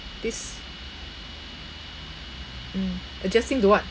this mm adjusting to what